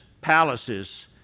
palaces